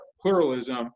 pluralism